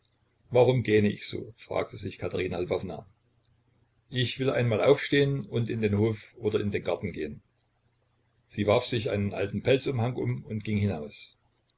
warum gähne ich so fragte sich katerina lwowna ich will einmal aufstehen und in den hof oder in den garten gehen sie warf sich einen alten pelzumhang um und ging hinaus